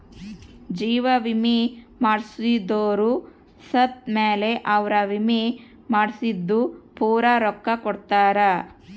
ಜೀವ ವಿಮೆ ಮಾಡ್ಸದೊರು ಸತ್ ಮೇಲೆ ಅವ್ರ ವಿಮೆ ಮಾಡ್ಸಿದ್ದು ಪೂರ ರೊಕ್ಕ ಕೊಡ್ತಾರ